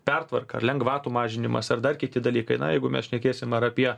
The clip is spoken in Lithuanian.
pertvarka lengvatų mažinimas ar dar kiti dalykai na jeigu mes šnekėsim ar apie